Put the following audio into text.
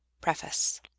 Preface